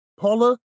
Paula